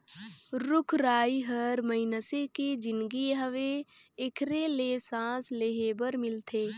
रुख राई हर मइनसे के जीनगी हवे एखरे ले सांस लेहे बर मिलथे